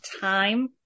Time